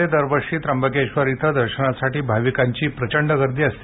श्रावणामध्ये दरवर्षी त्रंबकेश्वर येथे दर्शनासाठी भाविकांची प्रचंड गर्दी असते